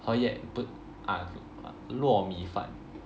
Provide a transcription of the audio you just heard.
oh yeah but ah uh 糯米饭